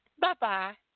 Bye-bye